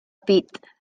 pit